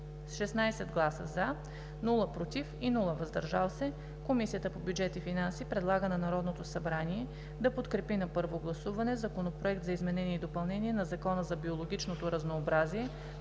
С 16 гласа „за“, без „против“ и „въздържал се“ Комисията по бюджет и финанси предлага на Народното събрание да подкрепи на първо гласуване Законопроект за изменение и допълнение на Закона за биологичното разнообразие,